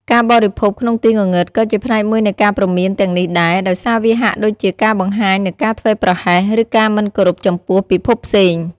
ការបរិភោគក្នុងទីងងឹត ក៏ជាផ្នែកមួយនៃការព្រមានទាំងនេះដែរ ដោយសារវាហាក់ដូចជាការបង្ហាញនូវការធ្វេសប្រហែស ឬការមិនគោរពចំពោះពិភពផ្សេង ។